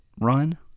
run